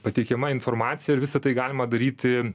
pateikiama informacija ir visa tai galima daryti